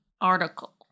article